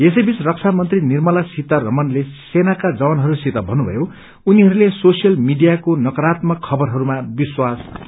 यसैबीच रक्षामंत्री निर्माला सीता रमनाले सेनाका जवानहरूसित भन्नभयो उनीहरूले सोसियलमीडियाको नकरात्मक खबरहरूमा विश्वास नगरून्